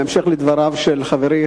בהמשך לדבריו של חברי,